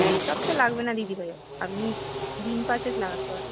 এক সপ্তাহ লাগবে না দিদিভাই আপনি দিন পাঁচেক লাগতে পারে